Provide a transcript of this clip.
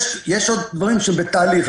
יש עוד דברים שהם בתהליך,